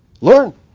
learn